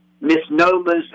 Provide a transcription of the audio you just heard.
misnomers